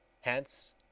Hence